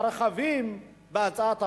הרחבים בהצעת החוק.